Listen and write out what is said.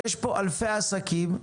יש פה אלפי עסקים,